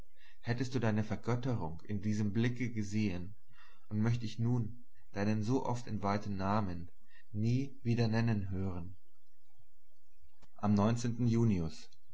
hättest du deine vergötterung in diesem blicke gesehen und möcht ich nun deinen so oft entweihten namen nie wieder nennen hören am junius